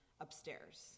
upstairs